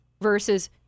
versus